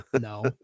No